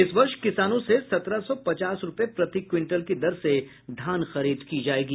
इस वर्ष किसानों से सत्रह सौ पचास रूपये प्रति क्विंटल की दर से धान खरीद की जायेगी